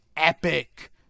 Epic